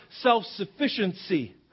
self-sufficiency